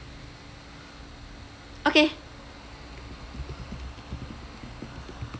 okay